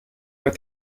with